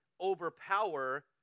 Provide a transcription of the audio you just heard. overpower